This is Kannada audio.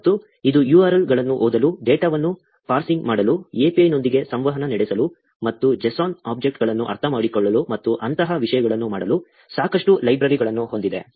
ಮತ್ತು ಇದು URL ಗಳನ್ನು ಓದಲು ಡೇಟಾವನ್ನು ಪಾರ್ಸಿಂಗ್ ಮಾಡಲು API ನೊಂದಿಗೆ ಸಂವಹನ ನಡೆಸಲು ಮತ್ತು JSON ಆಬ್ಜೆಕ್ಟ್ಗಳನ್ನು ಅರ್ಥಮಾಡಿಕೊಳ್ಳಲು ಮತ್ತು ಅಂತಹ ವಿಷಯಗಳನ್ನು ಮಾಡಲು ಸಾಕಷ್ಟು ಲೈಬ್ರರಿಗಳನ್ನು ಹೊಂದಿದೆ